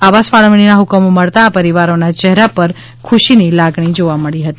આવાસ ફાળવણીના હકમો મળતા આ પરિવારોના ચહેરા પર ખુશીની લાગણી જોવા મળી હતી